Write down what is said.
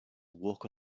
walk